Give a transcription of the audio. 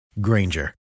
Granger